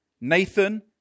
Nathan